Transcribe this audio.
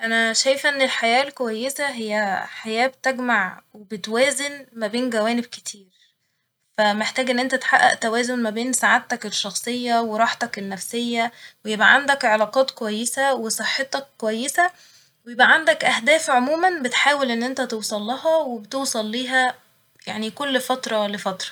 أنا شايفه إن الحياة الكويسة هي حياة بتجمع وبتوازن ما بين جوانب كتير فمحتاج إن انت تحقق توازن ما بين سعادتك الشخصية و راحتك النفسية ويبقى عندك علاقات كويسة وصحتك كويسة ويبقى عندك أهداف عموما بتحاول إن انت توصلها وبتوصل ليها يعني كل فترة لفترة